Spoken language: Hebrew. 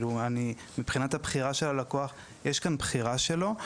מבחינת הבחירה של הלקוח, יש כאן בחירה שלו.